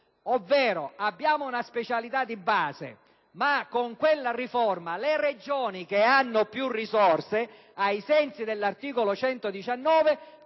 parole: abbiamo una specialità di base ma, con quella riforma, le Regioni che hanno più risorse, ai sensi dell'articolo 119,